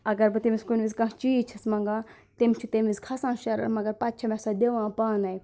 اگر بہٕ تٔمِس کُنہِ وِزِ کانٛہہ چیٖز چھَس منٛگان تٔمِس چھُ تٔمہ وِز کھَسان شَر مگر پَتہٕ چھِ مےٚ سۄ دِوان پانے